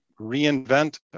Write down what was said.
reinvent